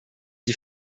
die